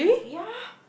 ya